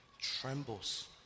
trembles